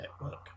network